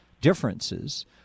differences